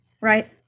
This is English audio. right